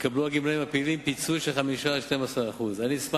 יקבלו הגמלאים הפעילים פיצוי של 5% 12%. אשמח